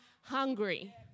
hungry